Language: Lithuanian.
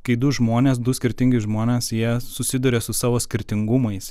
kai du žmonės du skirtingi žmonės jie susiduria su savo skirtingumais